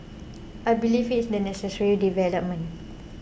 I believe it's a necessary development